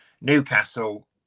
Newcastle